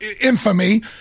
infamy